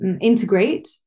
integrate